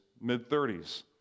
mid-30s